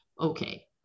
okay